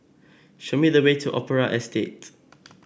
show me the way to Opera Estate